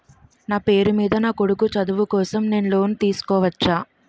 నా పేరు మీద నా కొడుకు చదువు కోసం నేను లోన్ తీసుకోవచ్చా?